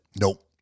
Nope